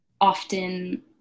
often